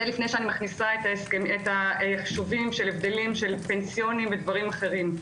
זה לפני שאני מכניסה את החישובים על הבדלים פנסיוניים ודברים אחרים.